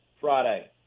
Friday